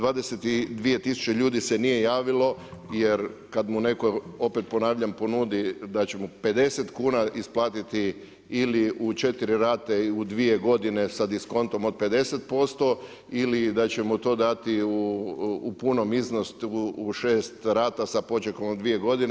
22 tisuće ljudi se nije javilo, jer kad mu netko, opet ponavljam, ponudi da će mu 50 kuna isplatit ili u 4 rate ili u 2 godine sa diskontom od 50% ili da će mu to dati u punom iznosu, u 6 rata sa … od 2 godine.